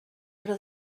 però